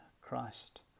Christ